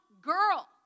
girl